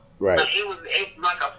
Right